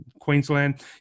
queensland